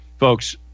Folks